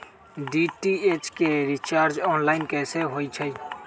DTH के recharge online कैसे होईछई?